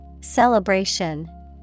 Celebration